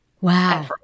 Wow